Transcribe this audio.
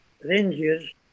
Rangers